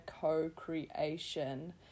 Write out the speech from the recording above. co-creation